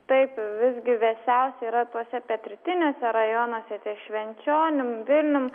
taip vis gi vėsiausia yra tuose pietrytiniuose rajonuose ties švenčionim vilnium